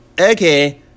okay